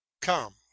come